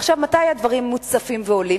מתי הדברים מוצפים ועולים?